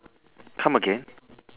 come again